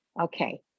Okay